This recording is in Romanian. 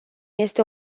este